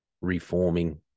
reforming